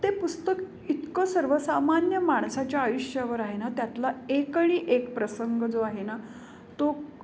ते पुस्तक इतकं सर्वसामान्य माणसाच्या आयुष्यावर आहे ना त्यातला एक आणि एक प्रसंग जो आहे ना तो